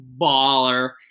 baller